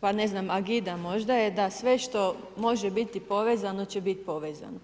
pa ne znam, agida možda, da sve što može biti povezano će biti povezano.